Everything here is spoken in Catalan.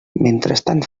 mentrestant